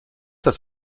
das